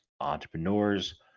entrepreneurs